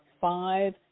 five